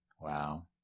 Wow